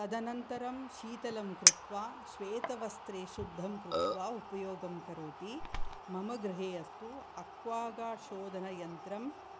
तदनन्तरं शीतलं कृत्वा श्वेतवस्त्रे शुद्धं कृत्वा उपयोगं करोति मम गृहे अस्तु अक्वागार्ड् शोधनयन्त्रं